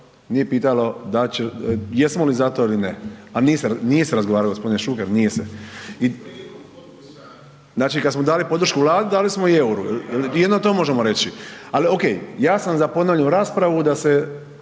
nije pitalo jesmo li za to ili ne. A nije se razgovaralo gospodine Šuker, nije se. Znači kada smo dali podršku Vladi, dali smo i euru? Jedino to možemo reći. Ali ok. Ja sam za ponovnu raspravu da se